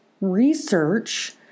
research